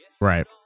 Right